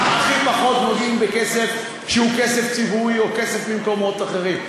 הכי פחות נוגעים בכסף שהוא כסף ציבורי או כסף ממקומות אחרים.